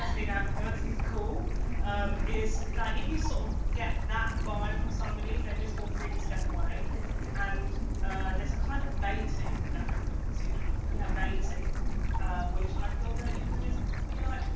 need advocates. he's cool is like if you sort of get that vibe from somebody then just feel free to step away and there's a kind of baiting that happens, you know. yeah baiting which i feel that you can just be like,